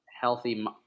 healthy